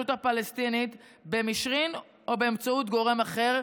הפלסטינית במישרין או באמצעות גורם אחר,